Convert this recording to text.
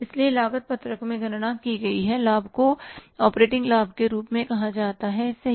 इसलिए लागत पत्रक में गणना की गई लाभ को ऑपरेटिंग लाभ के रूप में कहा जाता है सही